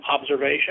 observation